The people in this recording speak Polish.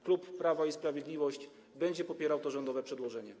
Klub Prawo i Sprawiedliwość będzie popierał to rządowe przedłożenie.